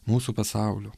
mūsų pasaulio